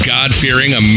God-fearing